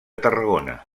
tarragona